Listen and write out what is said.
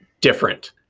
different